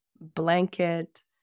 blanket